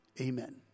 Amen